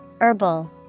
Herbal